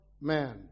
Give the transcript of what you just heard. man